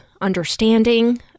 understanding